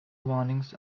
warnings